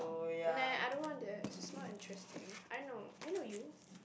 meh I don't want this it's not interesting I know I know you